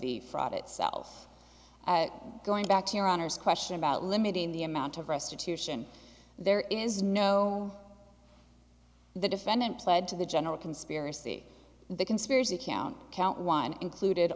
the fraud itself going back to your honor's question about limiting the amount of restitution there is no the defendant pled to the general conspiracy the conspiracy count count one included